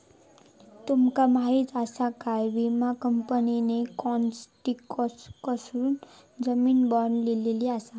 तुमका माहीत आसा काय, विमा कंपनीने कॉन्ट्रॅक्टरकडसून जामीन बाँड दिलेलो आसा